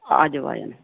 अजवायिन्